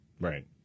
Right